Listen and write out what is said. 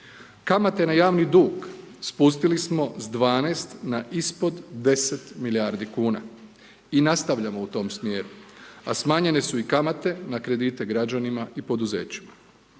Kamate na javni dug spustili smo s 12 na ispod 10 milijardi kuna i nastavljamo u tom smjeru, a smanjenje su i kamate na kredite građanima i poduzećima.